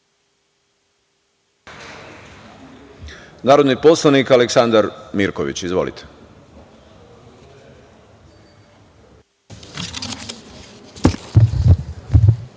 narodni poslanik Aleksandar Mirković. Izvolite.